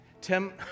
Tim